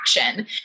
action